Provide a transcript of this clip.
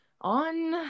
on